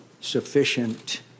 sufficient